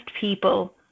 people